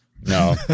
no